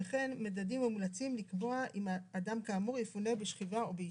וכן מדדים מומלצים לקבוע אם האדם כאמור יפונה בשכיבה או בישיבה.